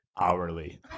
Hourly